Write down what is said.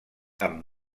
amb